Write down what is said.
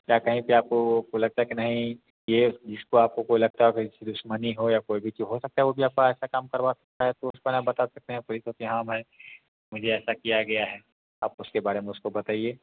चाहे कहीं पे आपको वो लगता है कि नहीं ये जिसको आपको कोई लगता हो कि दुश्मनी हो या कोई भी हो सकता है वो भी ऐसा काम काम करवा सकता है तो उस पर आप बता सकते हैं कि हाँ भाई मुझे ऐसा किया गया है आप उसके बारे में उसको बताइए